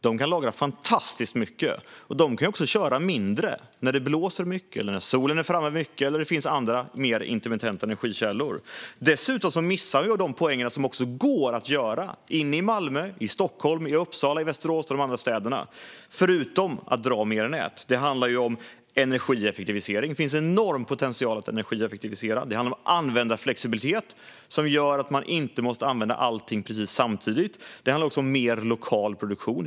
De kan lagra fantastiskt mycket, och de kan också köra mindre när det blåser mycket, solen är framme mycket eller det finns andra mer intermittenta energikällor att använda. Dessutom missar man de poänger som går att göra inne i Malmö, Stockholm, Uppsala, Västerås och de andra städerna förutom att dra mer nät. Det handlar om energieffektivisering - det finns en enorm potential när det gäller att energieffektivisera. Det handlar om användarflexibilitet som gör att man inte måste använda allting precis samtidigt. Det handlar också om mer lokal produktion.